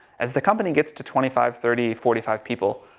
as the company gets to twenty five, thirty, forty five people,